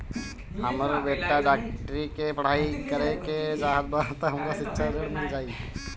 हमर बेटा डाक्टरी के पढ़ाई करेके चाहत बा त हमरा शिक्षा ऋण मिल जाई?